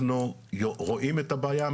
אנחנו רואים את הבעיה,